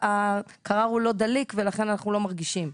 הקרר הוא לא דליק ולכן אנחנו לא מרגישים,